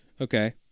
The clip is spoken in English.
Okay